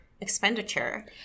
expenditure